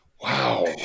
Wow